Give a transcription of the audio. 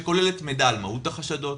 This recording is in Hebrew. שכוללת מידע על מהות החשדות,